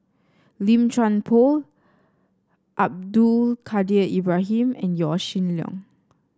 Lim Chuan Poh Abdul Kadir Ibrahim and Yaw Shin Leong